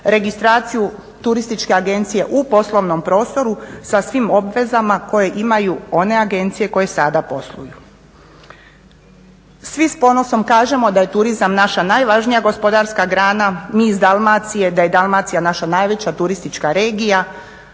registraciju turističke agencije u poslovnom prostoru sa svim obvezama koje imaju one agencije koje sada posluju. Svi s ponosom kažemo da je turizam naša najvažnija gospodarska grana, mi iz Dalmacije da je Dalmacija naša najveća turistička regija